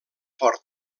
fort